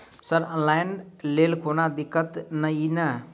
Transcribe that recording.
Sir online लैल कोनो दिक्कत न ई नै?